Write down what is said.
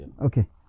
Okay